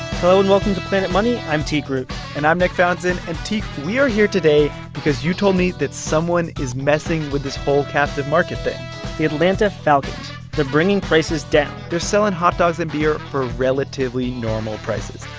hello, and welcome to planet money. i'm tik root and i'm nick fountain. and, tik, we are here today because you told me that someone is messing with this whole captive market thing the atlanta falcons they're bringing prices down they're selling hot dogs and beer for relatively normal prices,